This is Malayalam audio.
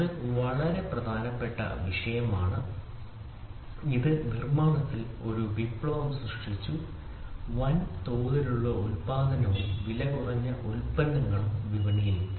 ഇത് വളരെ പ്രധാനപ്പെട്ട വിഷയമാണ് ഇത് നിർമ്മാണത്തിൽ ഒരു വിപ്ലവം സൃഷ്ടിച്ചു വൻതോതിലുള്ള ഉൽപാദനവും വിലകുറഞ്ഞ ഉൽപ്പന്നങ്ങളും വിപണിയിലെത്തി